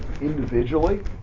individually